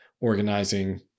organizing